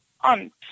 aunt